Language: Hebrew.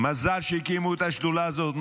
מזל שהקימו את השדולה הזאת.